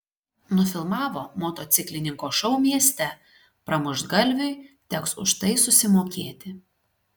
nufilmavo motociklininko šou mieste pramuštgalviui teks už tai susimokėti